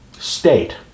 state